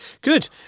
Good